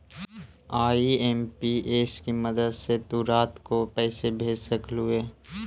IMPS की मदद से तु रात को पैसे भेज सकलू हे